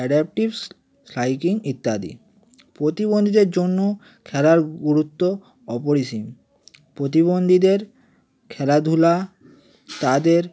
adaptive silicon ইত্যাদি প্রতিবন্ধীদের জন্য খেলার গুরুত্ব অপরিসীম প্রতিবন্ধীদের খেলাধুলা তাদের